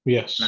Yes